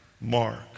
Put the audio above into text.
Mark